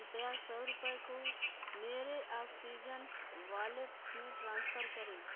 कृपया सौ रुपये को मेरे ऑक्सीजन वॉलेट में ट्रांसफ़र करें